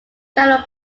general